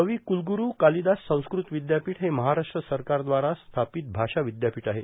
कविकुलगुरू कालिदास संस्कृत विद्यापीठ हे महाराष्ट्र सरकार द्वारा स्थापित भाषा विद्यापीठ आहे